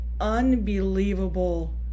unbelievable